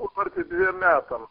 sutartį dviem metam